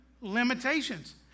limitations